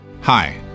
hi